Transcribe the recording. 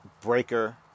Breaker